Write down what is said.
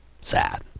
Sad